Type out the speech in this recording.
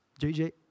JJ